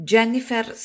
Jennifer